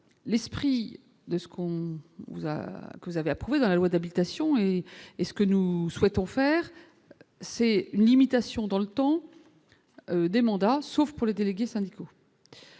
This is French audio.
vous a, vous avez approuvé dans la loi d'habilitation et est ce que nous souhaitons faire c'est une limitation dans le temps des mandats, sauf pour les délégués syndicaux.